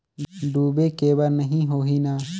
डूबे के बर नहीं होही न?